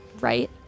right